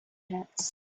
pits